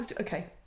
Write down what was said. okay